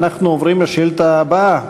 אנחנו עוברים לשאילתה הבאה.